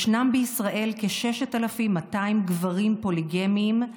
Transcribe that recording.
יש בישראל כ-6,200 גברים פוליגמיים,